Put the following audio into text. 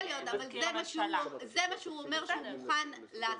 יכול להיות, אבל זה מה שהוא אומר שהוא מוכן לעשות.